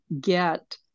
get